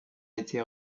été